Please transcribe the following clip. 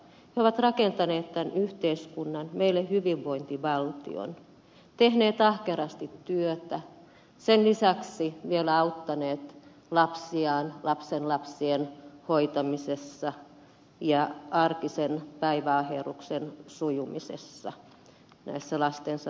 he ovat rakentaneet tämän yhteiskunnan meille hyvinvointivaltion tehneet ahkerasti työtä sen lisäksi vielä auttaneet lapsiaan lapsenlapsien hoitamisessa ja arkisen päiväaherruksen sujumisessa näissä lastensa perheissä